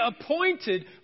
appointed